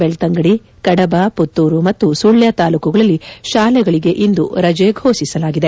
ಬೆಳ್ತಂಗಡಿ ಕಡಬ ಪುತ್ತೂರು ಮತ್ತು ಸುಳ್ಯ ತಾಲೂಕುಗಳಲ್ಲಿ ಶಾಲೆಗಳಿಗೆ ಇಂದು ರಜೆ ಫೋಷಿಸಲಾಗಿದೆ